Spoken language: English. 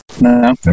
No